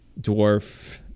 dwarf